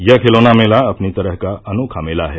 यह खिलौना मेला अपनी तरह का अनोखा मेला है